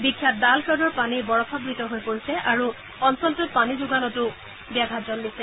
বিখ্যাত ডাল হ্দৰ পানী বৰফাবৃত হৈ পৰিছে আৰু অঞ্চলটোত পানীযোগানতো ব্যাঘাত জন্মিছে